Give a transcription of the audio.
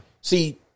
See